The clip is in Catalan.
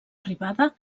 arribada